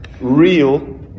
Real